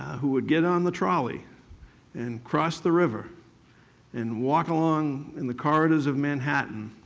who would get on the trolley and cross the river and walk along in the corridors of manhattan,